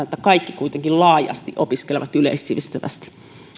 että kaikki kuitenkin laajasti opiskelevat yleissivistävästi